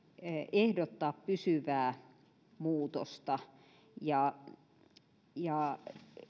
ehdottaa pysyvää muutosta ja ja